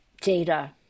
data